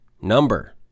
number